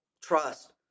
trust